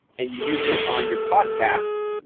and you use this on your podcast?